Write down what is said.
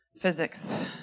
physics